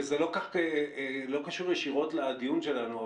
וזה לא כל כך קשור ישירות לדיון שלנו.